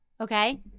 Okay